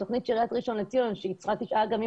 התוכנית של עיריית ראשון לציון שייצרה תשעה אגמים